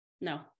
No